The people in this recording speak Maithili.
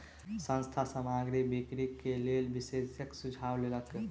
संस्थान सामग्री बिक्री के लेल विशेषज्ञक सुझाव लेलक